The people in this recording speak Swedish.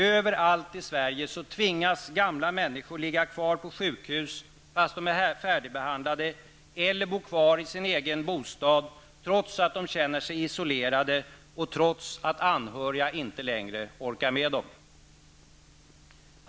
Överallt i Sverige tvingas gamla människor ligga kvar på sjukhus, fast de är färdigbehandlade, eller bo kvar i sin egen bostad, trots att de känner sig isolerade och trots att anhöriga inte längre orkar sköta dem.